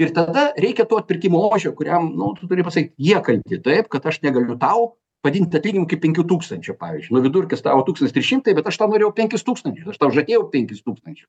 ir tada reikia to atpirkimo ožio kuriam nu tu turi pasakyt jie kalti taip kad aš negaliu tau padidint atlyginimo iki penkių tūkstančių pavyzdžiui nu vidurkis tavo tūkstantis trys šimtai bet aš tau norėjau penkis tūkstančius aš tau žadėjau penkis tūkstančius